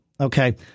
Okay